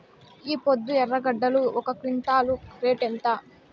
ఈపొద్దు ఎర్రగడ్డలు ఒక క్వింటాలు రేటు ఎంత?